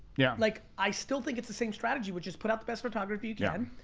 yeah like i still think it's the same strategy which is put out the best photography you can.